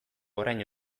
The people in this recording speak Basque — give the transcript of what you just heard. orain